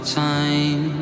time